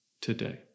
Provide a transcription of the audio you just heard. today